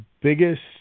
biggest